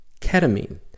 ketamine